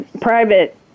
private